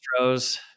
astros